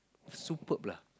superb lah